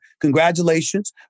Congratulations